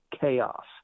chaos